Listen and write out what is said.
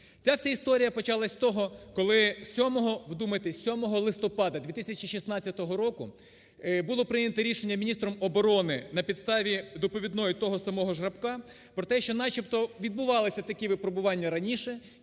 Ця вся історія почалась з того, коли 7-го, вдумайтесь, 7 листопада 2016 року було прийнято рішення міністром оборони на підставі доповідної того самого ж Рапка про те, що начебто відбувалися такі випробування раніше